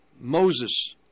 Moses